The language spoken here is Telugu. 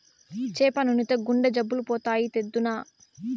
చేప నూనెతో గుండె జబ్బులు పోతాయి, తెద్దునా